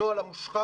הנוהל המושחר